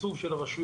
התקצוב של הרשויות